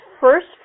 first